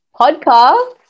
podcast